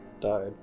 died